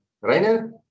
Rainer